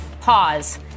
pause